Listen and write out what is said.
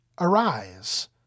arise